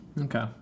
okay